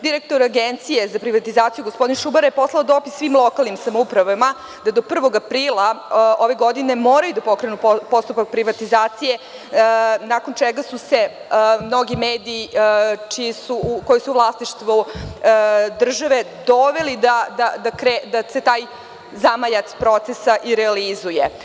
Direktor Agencije za privatizaciju gospodin Šubara poslao je dopis svim lokalnim samoupravama da do 1. aprila ove godine moraju da pokrenu postupak privatizacije, nakon čega su se mnogi mediji koji su u vlasništvu države doveli da se taj zamajac procesa i realizuje.